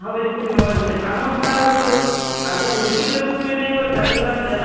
अवश्यम् अवश्यम् अहं तावत् अत्र उचितरूपेणैव तण्डुलान् जनाः